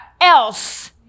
else